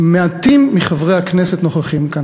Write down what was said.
מעטים מחברי הכנסת נוכחים כאן.